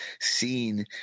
seen